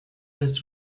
des